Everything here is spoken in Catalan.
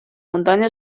muntanya